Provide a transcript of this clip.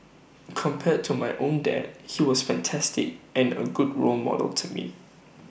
compared to my own dad he was fantastic and A good role model to me